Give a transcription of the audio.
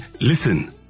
Listen